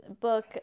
book